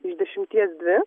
iš dešimties dvi